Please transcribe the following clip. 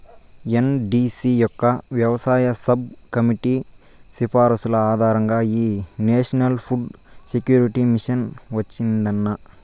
NDC యొక్క వ్యవసాయ sub committee సిఫార్సుల ఆధారంగా ఈ నేషనల్ ఫుడ్ సెక్యూరిటీ మిషన్ వచ్చిందన్న